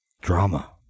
drama